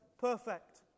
perfect